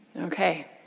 Okay